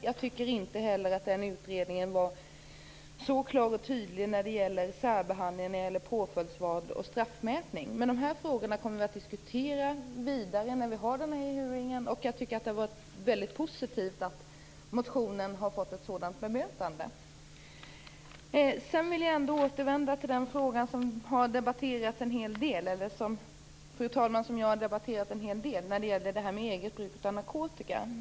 Jag tycker heller inte att den utredningen var så klar och tydlig när det gäller särbehandling vid påföljdsval och straffmätning. Dessa frågor kommer vi att diskutera vidare när vi har hearingen. Det är väldigt positivt att motionen har fått ett sådant bemötande. Fru talman! Sedan vill jag återvända till den fråga som jag har debatterat en hel del. Det gäller eget bruk av narkotika.